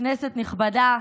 כנסת נכבדה,